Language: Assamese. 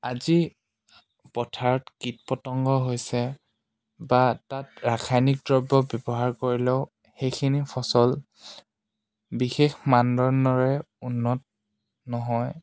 আজি পথাৰত কীট পতংগ হৈছে বা তাত ৰাসায়নিক দ্ৰব্য ব্যৱহাৰ কৰিলেও সেইখিনি ফচল বিশেষ মানদণ্ডৰে উন্নত নহয়